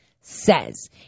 says